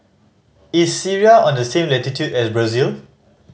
is Syria on the same latitude as Brazil